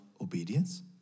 obedience